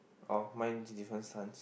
oh mine's different suns